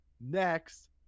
next